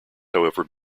however